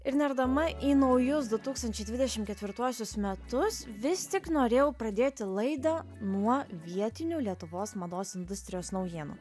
ir nerdama į naujus du tūkstančiai dvidešim ketvirtuosius metus vis tik norėjau pradėti laidą nuo vietinių lietuvos mados industrijos naujienų